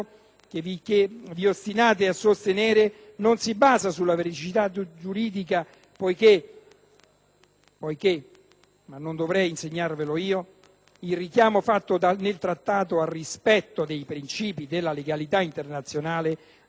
poiché - ma non dovrei insegnarvelo io - il richiamo fatto nel Trattato al «rispetto dei principi della legalità internazionale» nulla può contro il meccanismo base del diritto internazionale per cui ogni atto pattizio,